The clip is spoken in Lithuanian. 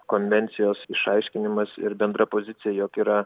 konvencijos išaiškinimas ir bendra pozicija jog yra